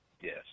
Yes